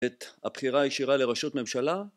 את הבחירה הישירה לראשות ממשלה